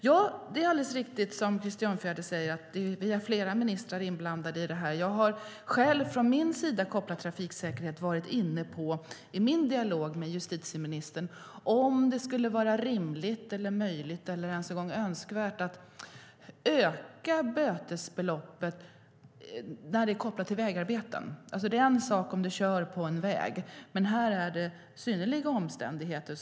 Ja, det är alldeles riktigt som Krister Örnfjäder säger: Vi är flera ministrar inblandade i det här. När det gäller trafiksäkerhet har jag i min dialog med justitieministern varit inne på om det skulle vara rimligt, möjligt eller ens önskvärt att öka bötesbeloppet när det är kopplat till vägarbeten. Det är en sak om du kör på en väg, men här är det synnerliga omständigheter.